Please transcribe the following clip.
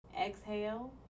exhale